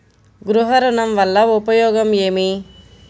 గృహ ఋణం వల్ల ఉపయోగం ఏమి?